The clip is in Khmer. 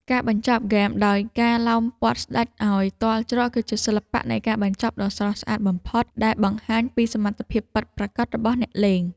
ការបញ្ចប់ហ្គេមដោយការឡោមព័ទ្ធស្តេចឱ្យទាល់ច្រកគឺជាសិល្បៈនៃការបញ្ចប់ដ៏ស្រស់ស្អាតបំផុតដែលបង្ហាញពីសមត្ថភាពពិតប្រាកដរបស់អ្នកលេង។